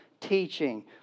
teaching